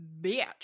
bitch